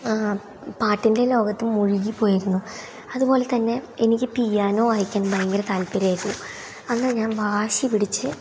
പാട്ടിൻ്റെ ലോകത്ത് മുഴുകി പോയിരുന്നു അതുപോലെ തന്നെ എനിക്ക് പിയാനോ വായിക്കാൻ ഭയങ്കര താത്പര്യമായിരുന്നു അന്നു ഞാൻ വാശിപിടിച്ച്